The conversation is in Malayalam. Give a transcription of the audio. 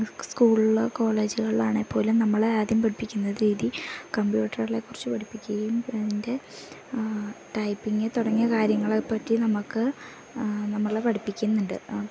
സ്കൂളിൽ കോളേജുകളിലാണെങ്കിൽ പോലും നമ്മളെ ആദ്യം പഠിപ്പിക്കുന്ന രീതി കമ്പ്യൂട്ടറുകളെ കുറിച്ചു പഠിപ്പിക്കുകയും അതിൻ്റെ ടൈപ്പിങ് തുടങ്ങിയ കാര്യങ്ങളെ പറ്റി നമുക്ക് നമ്മളെ പഠിപ്പിക്കുന്നുണ്ട്